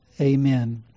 amen